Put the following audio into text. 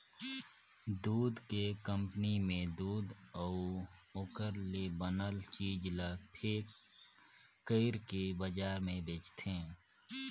दूद के कंपनी में दूद अउ ओखर ले बनल चीज ल पेक कइरके बजार में बेचथे